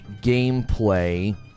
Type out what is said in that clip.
Gameplay